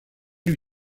lui